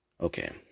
Okay